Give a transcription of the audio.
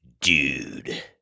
Dude